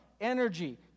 energy